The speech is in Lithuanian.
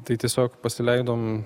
tai tiesiog pasileidom